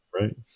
Right